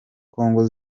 congo